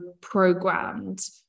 programmed